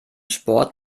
sport